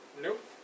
Nope